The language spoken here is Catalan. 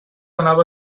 anava